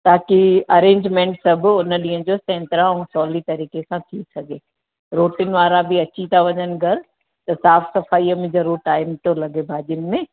ताकी अरेंजमैंट सब उन ॾींअ जो चङी तरह अऊं सोहली तरीके सां थी सघे रोटिन वारा बि अची ता वञनि घरु त साफ सफाइ मे जरूर टाइम तो लॻे भाॼियुनि में